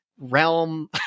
realm